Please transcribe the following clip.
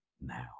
now